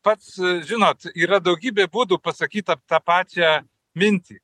pats žinot yra daugybė būdų pasakyt tą tą pačią mintį